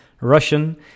Russian